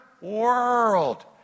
world